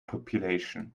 population